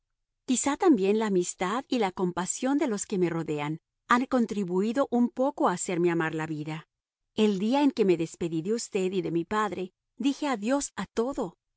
quizá también la amistad y la compasión de los que me rodean han contribuido un poco a hacerme amar la vida el día en que me despedí de usted y de mi padre dije adiós a todo